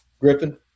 Griffin